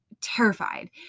terrified